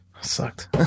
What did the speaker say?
Sucked